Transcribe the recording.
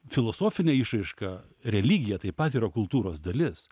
filosofinė išraiška religija tai pat yra kultūros dalis